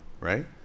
Right